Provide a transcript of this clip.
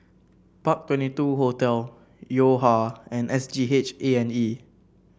Park Twenty two Hotel Yo Ha and S G H A and E